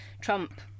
Trump